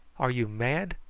are you mad?